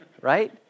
right